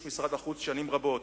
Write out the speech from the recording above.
איש משרד החוץ שנים רבות,